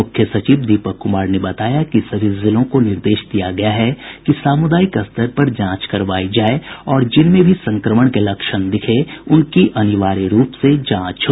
मुख्य सचिव दीपक कुमार ने बताया कि सभी जिलों को निर्देश दिया गया है कि सामुदायिक स्तर पर जांच करवायी जाये और जिनमें भी संक्रमण के लक्षण दिखे उनकी अनिवार्य रूप से जांच हो